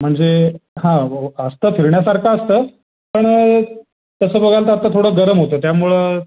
म्हणजे हां असतं फिरण्यासारखं असतं पण तसं बघाल तर आत्ता थोडं गरम होतं त्यामुळं